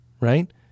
right